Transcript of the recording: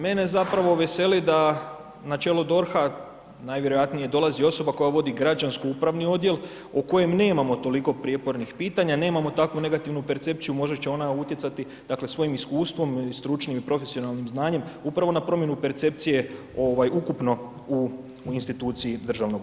Mene zapravo veseli da na čelo DORH-a najvjerojatnije dolazi osoba koja vodi građansko-upravni odjel o kojem nemamo toliko prijepornih pitanja, nemamo takvu negativnu percepciju, možda će ona utjecati, dakle svojim iskustvom, stručnim i profesionalnim znanjem upravo na promjenu percepcije ovaj, ukupno u instituciji DORH-a.